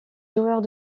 joueurs